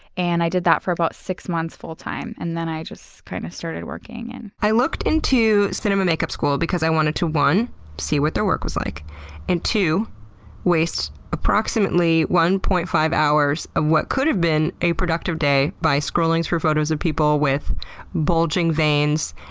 and i did that for about six months full time, and then i just kinda kind of started working. and i looked into cinema makeup school because i wanted to one see what their work was like and two waste approximately one point five hours of what could've been a productive day by scrolling through photos of people with bulging veins,